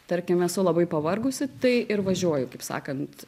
tarkim esu labai pavargusi tai ir važiuoju kaip sakant